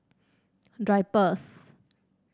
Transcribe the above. Drypers